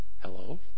hello